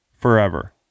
forever